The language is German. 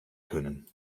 können